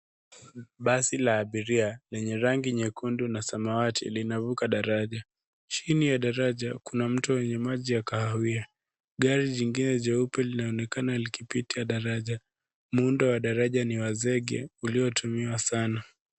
Basi lenye rangi nyekundu na samawati linavuka daraja, chini ya daraja kuna mto yenye maji ya kahawia. Garii jingine jeupe linaonekana likipita daraja, muundo wa daraja ni wa zege uliotumiwa sana.